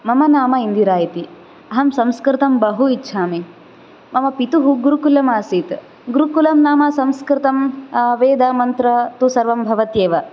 मम नाम इन्दिरा इति अहं संस्कृतं बहु इच्छामि मम पितुः गुरुकुलमासीत् गुरुकुलं नाम संस्कृतं वेदमन्त्रः तु सर्वं भवत्येव